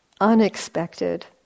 unexpected